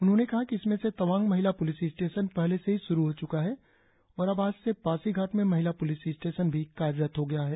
उन्होंने कहा कि इसमें से तवांग महिला पुलिस स्टेशन पहले ही शुरु हो चुका है और अब आज से पासीघाट में महिला पुलिस स्टेशन भी कार्यरत हो गया है